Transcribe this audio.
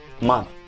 month